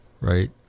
right